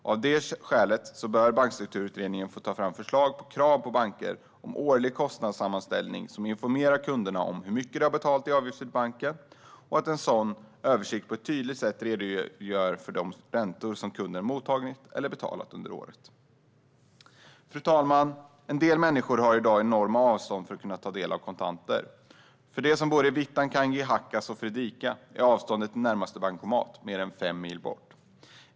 Av det skälet bör bankstrukturutredningen ta fram förslag till krav på bankerna om årlig kostnadssammanställning som informerar kunderna om hur mycket de har betalat i avgifter till banken. En sådan översikt ska på ett tydligt sätt redogöra för de räntor som kunden mottagit eller betalat under året. Fru talman! En del människor har i dag enorma avstånd för att kunna ta ut kontanter. För de som bor i Vittangi, Hakkas och Fredrika är avståndet till närmaste bankomat mer än fem mil.